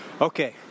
Okay